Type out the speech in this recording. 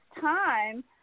time